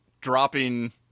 dropping